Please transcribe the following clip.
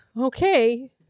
Okay